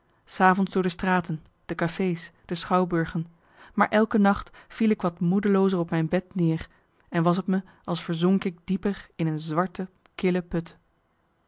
s avonds door de straten de café's de schouwburgen maar elke nacht viel ik wat moedeloozer op mijn bed neer en was t me als verzonk ik dieper in een zwarte kille put